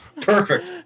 Perfect